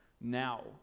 now